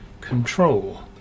control